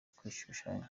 kwishushanya